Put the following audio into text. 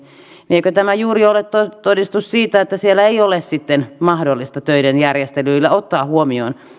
eikö tämä juuri ole todistus siitä että siellä ei ole mahdollista töiden järjestelyillä ottaa huomioon